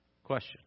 Question